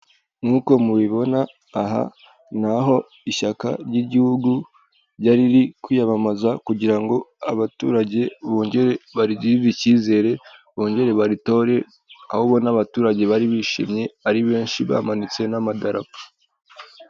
Nkuko mubibona aha ni aho ishyaka ry'igihugu ryari riri kwiyamamaza kugira ngo abaturage bongere barigirire icyizere, bongere baritore, aho ubona abaturage bari bishimye ari benshi, bamanitse n'amadarapo.